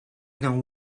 dont